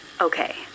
okay